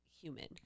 human